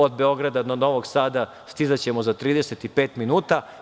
Od Beograda do Novog Sada stizaćemo za 35 minuta.